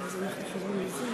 אדוני היושב-ראש,